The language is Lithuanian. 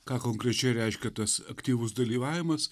ką konkrečiai reiškia tas aktyvus dalyvavimas